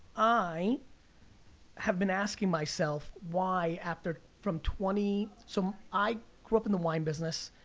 i have been asking myself why, after, from twenty, so i grew up in the wine business.